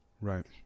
Right